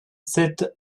sept